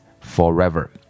forever